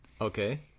Okay